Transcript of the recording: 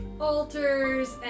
altars